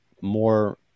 more